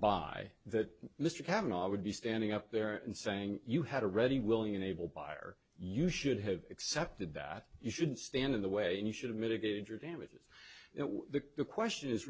by that mr cavanaugh would be standing up there and saying you had a ready willing and able buyer you should have accepted that you shouldn't stand in the way and you should have mitigated your damages the question is